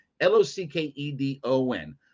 L-O-C-K-E-D-O-N